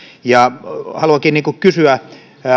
ja haluankin kysyä